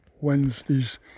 Wednesdays